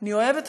אני אוהבת אותו.